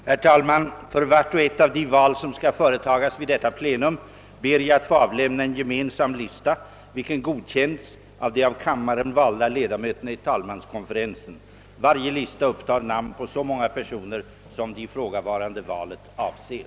Herr talman! För vart och ett av de val som skall företagas vid detta plenum ber jag att få avlämna en gemensam lista, vilken godkänts av de av kammaren valda ledamöterna i talmanskonferensen. Varje lista upptar namn på så många personer, som det ifrågavarande valet avser.